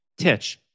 Titch